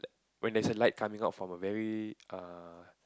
when there's a light coming out from a very err